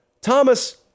Thomas